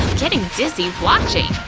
getting dizzy watching!